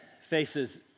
faces